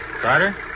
Carter